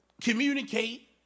communicate